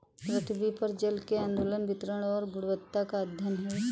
पृथ्वी पर जल के आंदोलन वितरण और गुणवत्ता का अध्ययन है